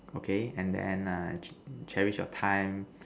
okay and then err cherish your time